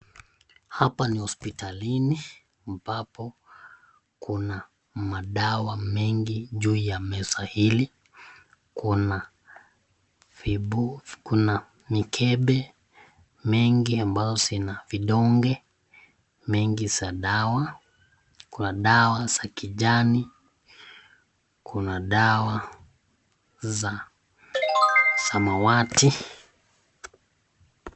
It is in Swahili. Hapa ni hospitalini ambapo kuna madawa mengi juu ya meza hili, kuna mikebe mingi ambazo vina vidonge mingi za dawa, kuna dawa za kujani, kuna dawa za samawati.